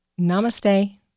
namaste